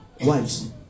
wives